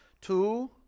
Two